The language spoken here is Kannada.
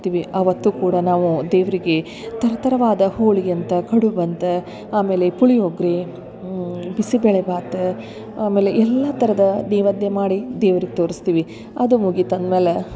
ಅವತ್ತು ಕೂಡ ನಾವು ದೇವರಿಗೆ ಥರ ಥರವಾದ ಹೋಳಿಗಿ ಅಂತ ಕಡುಬು ಅಂತ ಆಮೇಲೆ ಪುಳಿಯೊಗರಿ ಆಮೇಲೆ ಬಿಸಿಬೇಳೆ ಬಾತ್ ಆಮೇಲೆ ಎಲ್ಲಾ ಥರದ ನೀವೇದ್ಯ ಮಾಡಿ ದೇವ್ರಿಗೆ ತೋರಿಸ್ತೀವಿ ಅದು ಮುಗಿತು ಅಂದ್ಮೇಲೆ